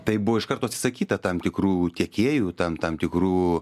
tai buvo iš karto atsisakyta tam tikrų tiekėjų tam tam tikrų